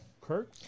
Kirk